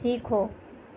سیکھو